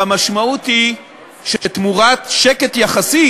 והמשמעות היא שתמורת שקט יחסי,